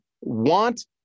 want